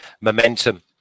momentum